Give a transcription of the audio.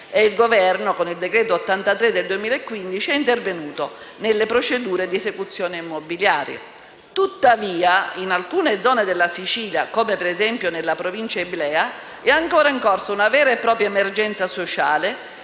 il Governo, con il decreto-legge n. 83 del 2015, è intervenuto nelle procedure di esecuzione immobiliare. Tuttavia in alcune zone della Sicilia, come nella Provincia iblea, è ancora in corso una vera e propria emergenza sociale